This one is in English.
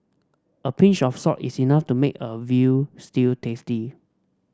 a pinch of salt is enough to make a veal stew tasty